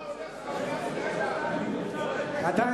אדוני